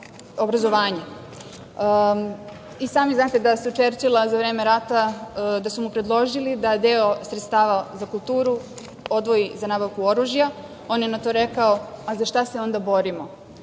sami znate da su Čerčilu za vreme rata predložili da deo sredstava za kulturu odvoji za nabavku oružja, on je na to rekao - a za šta se onda borimo?